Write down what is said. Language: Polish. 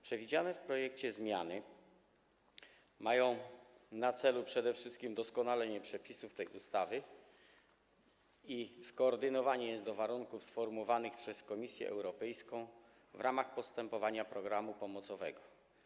Przewidziane w projekcie zmiany mają na celu przede wszystkim udoskonalenie przepisów tej ustawy i skoordynowanie jej z warunkami sformułowanymi przez Komisję Europejską w ramach postępowania co do programu pomocowego.